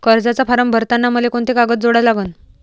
कर्जाचा फारम भरताना मले कोंते कागद जोडा लागन?